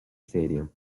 stadium